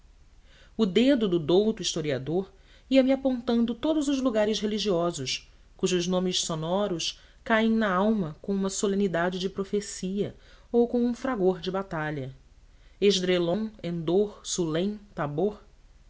o dedo do douto historiador ia-me apontando todos os lugares religiosos cujos nomes sonoros caem na alma com uma solenidade de profecia ou com um fragor de batalha esdrelon endor sulém tabor